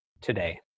today